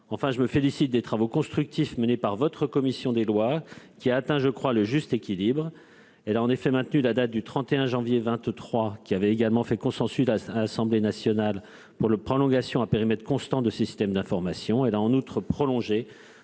Je me félicite des travaux constructifs menés par votre commission des lois, qui a atteint, je le crois, le juste équilibre. Elle a en effet maintenu la date du 31 janvier 2023, qui avait fait consensus à l'Assemblée nationale, pour la prolongation à périmètre constant des systèmes d'information. Elle a en outre prolongé,